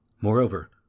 Moreover